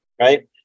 right